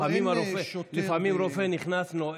לפעמים הרופא נכנס,